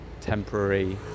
temporary